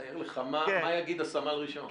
תאר לך מה יגיד הסמל הראשון.